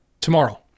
Tomorrow